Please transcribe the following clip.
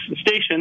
station